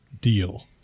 deal